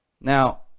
Now